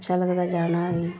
अच्छा लगदा जाना बी